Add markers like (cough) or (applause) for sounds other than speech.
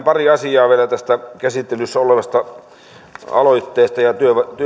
(unintelligible) pari asiaa vielä tästä käsittelyssä olevasta aloitteesta ja